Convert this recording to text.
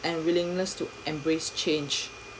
and willingness to embrace change